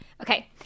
okay